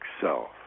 self